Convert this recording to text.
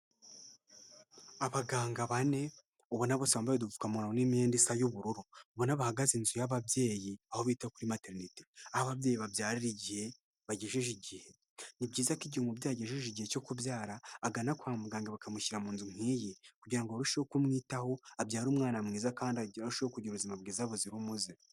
Abaganga bane ubona bose mbaye dupfukamuntu n'imyenda isa y'ubururu ubona bahagaze inzu y'ababyeyi aho bita kuri materineti, aho ababyeyi babyarira igihe bagejeje igihe. Ni byiza ko igihe umubyeyi agejeje igihe cyo kubyara agana kwa muganga bakamushyira mu nzu nk'iyi kugira ngo arusheho kumwitaho abyara umwana mwiza kandi agire arusheho kugira ubuzima bwiza buzira umuze.